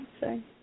Sorry